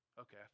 Okay